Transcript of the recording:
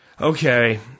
Okay